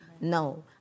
No